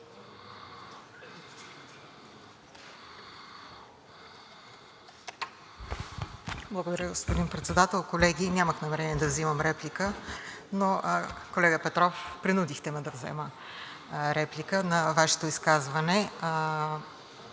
Благодаря. Господин Председател, колеги! Нямах намерение да взимам реплика, но колега Петров, принудихте ме да взема реплика на Вашето изказване.